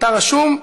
אתה רשום,